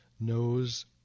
knows